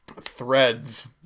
Threads